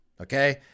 Okay